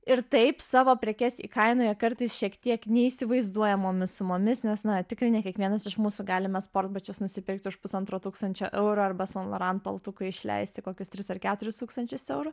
ir taip savo prekes įkainoja kartais šiek tiek neįsivaizduojamomis sumomis nes na tikrai ne kiekvienas iš mūsų galime sportbačius nusipirkti už pusantro tūkstančio eurų arba san loran paltukui išleisti kokius tris ar keturis tūkstančius eurų